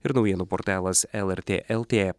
ir naujienų portalas lrt lt